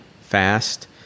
fast